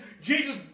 Jesus